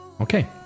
Okay